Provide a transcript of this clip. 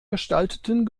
gestalteten